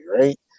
right